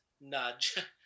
nudge